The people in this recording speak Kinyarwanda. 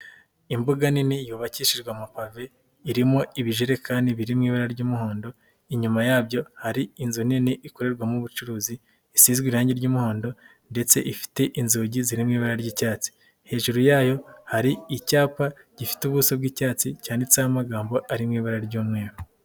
Imbuga nini yubakishijwe amapave, irimo ibijerekani biri mu ibara ry'umuhondo, inyuma yabyo hari inzu nini ikorerwamo ubucuruzi, isi irangi ry'umuhondo ndetse ifite inzugi ziri mu ibara ry'icyatsi, hejuru yayo hari icyapa gifite ubuso bw'icyatsi cyanitseho amagambo ari mu ibara ry'umweru.